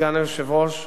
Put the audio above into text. סגן היושב-ראש,